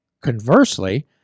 conversely